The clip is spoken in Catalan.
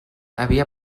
havia